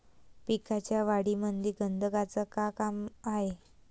पिकाच्या वाढीमंदी गंधकाचं का काम हाये?